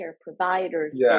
providers